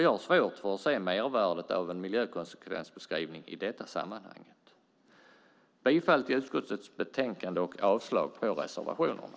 Jag har svårt att se mervärdet av en miljökonsekvensbeskrivning i detta sammanhang. Jag yrkar bifall till förslaget i utskottets betänkande och avslag på reservationerna.